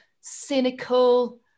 cynical